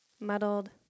muddled